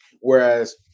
whereas